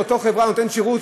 לאותה חברה נותנת שירות,